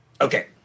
okay